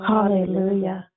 Hallelujah